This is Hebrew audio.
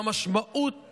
והמשמעות